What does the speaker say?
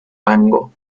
rango